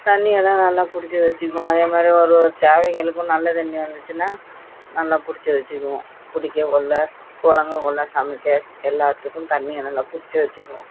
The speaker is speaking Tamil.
தண்ணியெல்லாம் நல்லா பிடிச்சி வச்சிக்குவோம் அதேமாதிரி ஒரு ஒரு தேவைங்களுக்கும் நல்ல தண்ணி வந்துச்சுனா நல்லா பிடிச்சி வச்சிக்குவோம் குடிக்கக்கொள்ள பொழங்கக்கொள்ள சமைக்க எல்லாத்துக்கும் தண்ணியை நல்லா பிடிச்சி வச்சிக்குவோம்